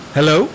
Hello